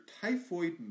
Typhoid